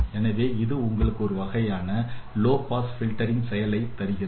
எனவே இது உங்களுக்கு ஒரு வகையான லோ பாஸ் பில்டரிங் செயலை தருகிறது